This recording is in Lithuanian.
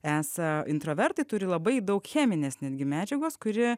esą introvertai turi labai daug cheminės netgi medžiagos kuri